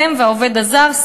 אתם והעובד הזר,